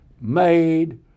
made